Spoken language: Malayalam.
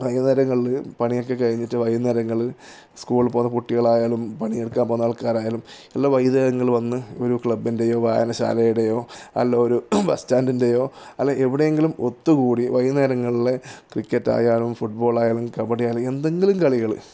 വൈകുന്നേരങ്ങളില് പണിയൊക്കെ കഴിഞ്ഞിട്ട് വൈകുന്നേരങ്ങളിൽ സ്കൂളിൽ പോകുന്ന കുട്ടികളായാലും പണിയെടുക്കാൻ പോകുന്ന ആൾക്കാരായാലും എല്ലാം വൈകുന്നേരങ്ങളിൽ വന്ന് ഒരു ക്ലബ്ബിൻ്റെയോ വായനശാലയുടെയോ അല്ലെങ്കില് ഒരു ബസ്റ്റാന്റിൻ്റെയോ അല്ലെങ്കില് എവിടെയെങ്കിലും ഒത്തുകൂടി വൈകുന്നേരങ്ങളിലെ ക്രിക്കറ്റായാലും ഫുട്ബോളായാലും കബഡിയായാലും എന്തെങ്കിലും കളികള്